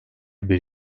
bir